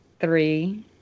three